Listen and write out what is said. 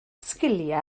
sgiliau